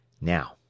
Now